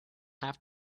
have